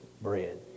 bread